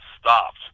stopped